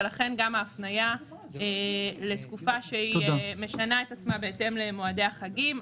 ולכן גם ההפניה לתקופה שמשנה את עצמה בהתאם למועדי החגים.